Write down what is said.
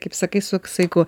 kaip sakai su saiku